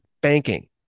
banking